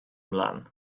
ymlaen